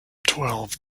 twelve